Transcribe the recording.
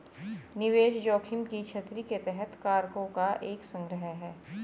निवेश जोखिम की छतरी के तहत कारकों का एक संग्रह है